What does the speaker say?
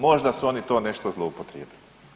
Možda su oni to nešto zloupotrijebili.